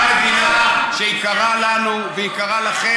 לכן,